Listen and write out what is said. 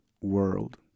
world